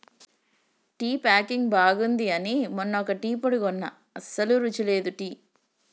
tea packing బాగుంది అని మొన్న ఒక టీ పొడి కొన్న అస్సలు రుచి లేదు టీ